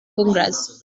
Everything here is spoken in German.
kongress